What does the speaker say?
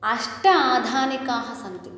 अष्ट आधानिकाः सन्ति